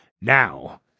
now